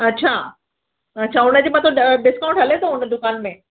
अच्छा अच्छा हुनजे मथो ड डिस्काउंट हले थो हुन दुकान में